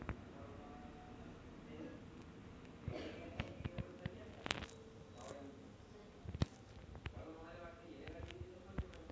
नाशिक खोऱ्यात chenin blanc, sauvignon blanc, merlot, shiraz द्राक्षाच्या जाती आहेत